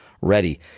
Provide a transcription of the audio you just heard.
ready